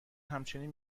همچنین